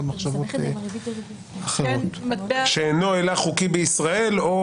מטבע --- "שאינו הילך חוקי בישראל" או